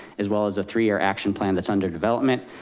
as well as a three-year action plan that's under development.